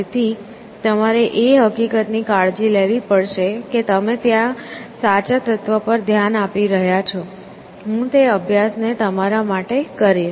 તેથી તમારે એ હકીકતની કાળજી લેવી પડશે કે તમે ત્યાં સાચા તત્વ પર ધ્યાન આપી રહ્યાં છો હું તે અભ્યાસ ને તમારા માટે કરીશ